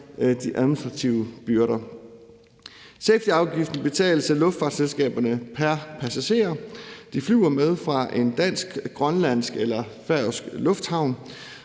de administrative byrder. Safetyafgiften betales af luftfartsselskaberne pr. passager, som de flyver med fra en dansk, grønlandsk eller færøsk lufthavn.